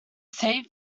save